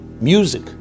music